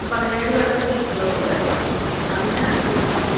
പതിനേഴ് പേരുടെ സീറ്റുള്ളതുണ്ട് അതിന്